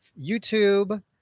YouTube